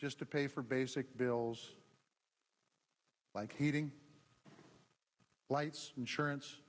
just to pay for basic bills like heating lights insurance